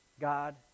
God